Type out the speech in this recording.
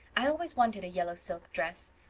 i always wanted a yellow silk dress,